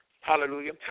Hallelujah